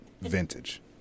Vintage